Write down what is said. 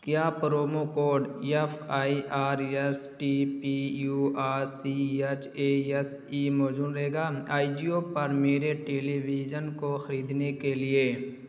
کیا promo code F I R S T P U R C H A S E موزوں رہے گا Ajio پر میرے ٹیلی ویزن کو خریدنے کے لیے